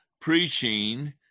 preaching